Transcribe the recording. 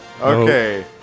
Okay